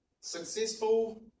Successful